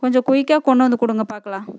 கொஞ்சம் குயிக்காக கொண்டு வந்து கொடுங்க பார்க்குலாம்